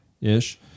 Ish